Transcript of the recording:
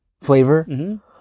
flavor